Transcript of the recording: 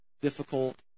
difficult